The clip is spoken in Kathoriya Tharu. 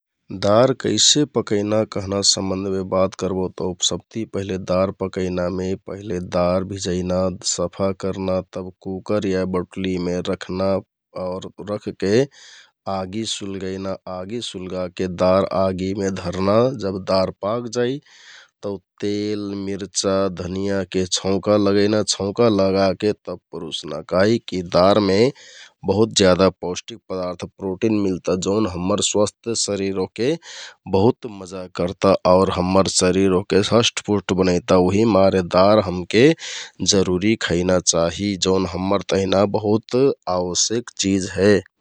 दार कैसे पकैना कहना सम्बन्धमे बात करबो तौ सबति पहिले दार पकैनामे दार भिजैना, सफा करना तौ कुकर या बटुलिमे रखना आउर रखके आगि सुलगैना । आगि सुलगाके दार आगिमे धरना जब दार पाकजाइ तौ तेल, मिरचा, धनियाँके छौंका लगैना, छौंका लगाके परुसना । काहिकि दारमे बहुत ज्यादा पौष्टिक पदार्थ प्रोटिन मिलता जौन हम्मर स्वस्थ शरिर ओहके बहुत मजा करता आउर हम्मर शरिर ओहके हस्टपुस्ट बनैता । उहिमारे दार हमके जरुरि खैना चाहि जौन हम्मर तहिना बहुत आवश्यक चिझ हे ।